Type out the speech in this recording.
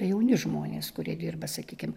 jauni žmonės kurie dirba sakykim